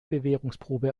bewährungsprobe